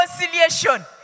reconciliation